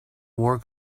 war